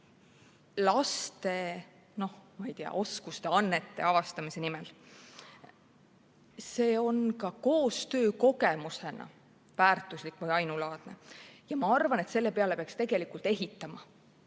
laste, ma ei tea, oskuste, annete avastamise nimel. See on ka koostöö kogemusena väärtuslik ja ainulaadne ja ma arvan, et selle peale peaks tegelikult ehitama